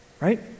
Right